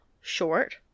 short